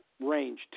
range